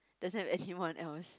doesn't have anyone else